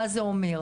מה זה אומר.